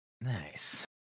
Nice